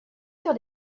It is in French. sur